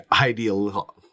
ideal